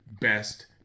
best